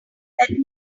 that